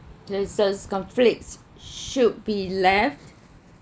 conflicts should be left